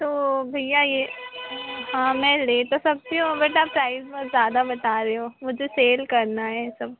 तो भइया ये हाँ मैं ले तो सकती हूँ बट आप प्राइज़ बहुत ज़्यादा बता रहे हो मुझे सेल करना है ये सब